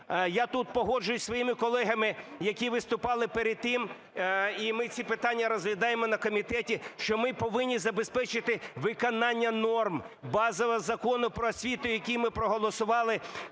я тут погоджуюся зі своїми колегами, які виступали перед тим, і ми ці питання розглядаємо на комітеті, що ми повинні забезпечити виконання норм базового Закону "Про освіту", який ми проголосували